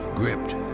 gripped